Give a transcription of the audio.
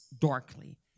darkly